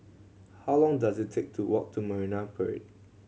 how long does it take to walk to Marine Parade